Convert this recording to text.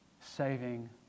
saving